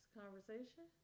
conversation